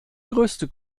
größte